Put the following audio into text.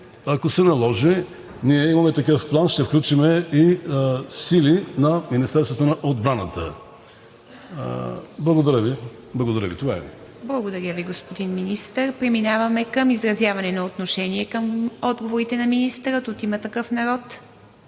ако се наложи – ние имаме такъв план, ще включим и сили на Министерството на отбраната. Благодаря Ви, това е. ПРЕДСЕДАТЕЛ ИВА МИТЕВА: Благодаря Ви, господин Министър. Преминаваме към изразяване на отношение към отговорите на министъра. От „Има такъв народ“?